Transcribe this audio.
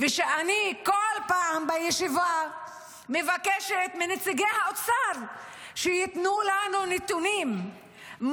כשאני כל פעם בישיבה מבקשת מנציגי האוצר שייתנו לנו נתונים,